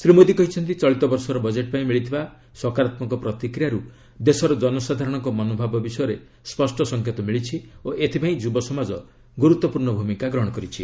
ଶ୍ରୀ ମୋଦୀ କହିଛନ୍ତି ଚଳିତବର୍ଷର ବଜେଟ ପାଇଁ ମିଳିଥିବା ସକାରାତ୍ମକ ପ୍ରତିକ୍ରିୟାରୁ ଦେଶର ଜନସାଧାରଣଙ୍କ ମନୋଭାବ ବିଷୟରେ ସ୍ୱଷ୍ଟ ସଂକେତ ମିଳିଛି ଓ ଏଥିପାଇଁ ଯୁବସମାଜ ଗୁରୁତ୍ୱପୂର୍ଣ୍ଣ ଭୂମିକା ଗ୍ରହଣ କରିଛି